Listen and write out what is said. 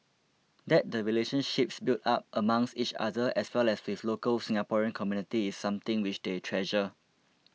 that the relationships built up amongst each other as well as with local Singaporean community is something which they treasure